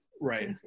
Right